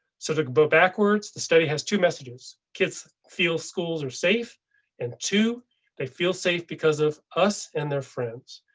so to go backwards, the study has two messages. kids feel schools are safe and two they feel safe because of us and their friends.